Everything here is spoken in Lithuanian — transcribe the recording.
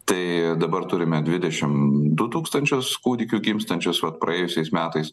tai dabar turime dvidešim du tūkstančius kūdikių gimstančius vat praėjusiais metais